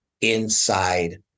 inside